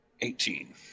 Eighteen